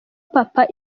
papa